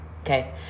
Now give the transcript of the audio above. Okay